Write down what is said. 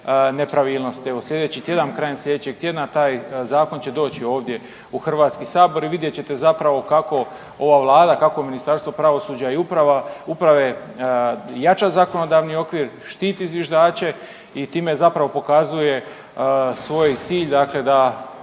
nepravilnosti. Evo sljedeći tjedan, krajem slijedećeg tjedna taj zakon će doći ovdje u Hrvatski sabor i vidjet ćete zapravo kako ova vlada, kako Ministarstvo pravosuđa i uprava, uprave jača zakonodavni okvir, štiti zviždače i time zapravo pokazuje svoj cilj dakle da